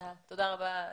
אני מודה לך